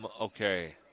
Okay